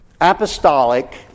apostolic